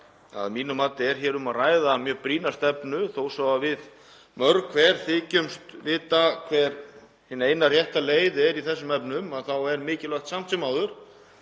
að mínu mati er hér um að ræða mjög brýna stefnu. Þó svo að við mörg hver þykjumst vita hver hin eina rétta leið er í þessum efnum er mikilvægt samt sem áður